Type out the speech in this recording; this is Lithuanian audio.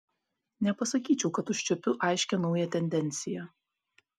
nepasakyčiau kad užčiuopiu aiškią naują tendenciją